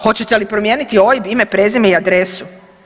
Hoćete li promijeniti OIB, ime, prezime i adresu?